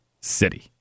city